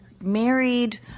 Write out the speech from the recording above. married